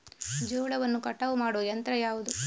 ಜೋಳವನ್ನು ಕಟಾವು ಮಾಡುವ ಯಂತ್ರ ಯಾವುದು?